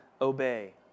obey